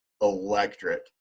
electric